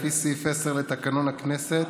לפי סעיף 10 לתקנון הכנסת,